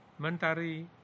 Mentari